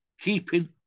keeping